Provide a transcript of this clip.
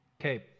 Okay